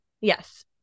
Yes